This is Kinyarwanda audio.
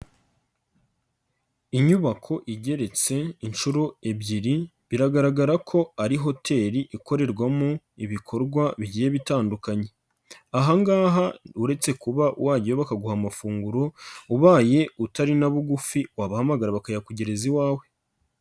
Inyubako igeretse inshuro ebyiri, biragaragara ko ari hoteli ikorerwamo ibikorwa bigiye bitandukanye. Aha ngaha uretse kuba wajyayo bakaguha amafunguro, ubaye utari na bugufi wabahamagara bakayakugereza iwawe.